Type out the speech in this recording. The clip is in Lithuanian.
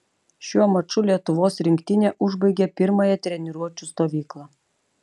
šiuo maču lietuvos rinktinė užbaigė pirmąją treniruočių stovyklą